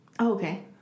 Okay